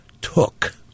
took